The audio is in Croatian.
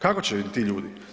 Kako će … [[Govornik se ne razumije]] ti ljudi?